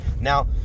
Now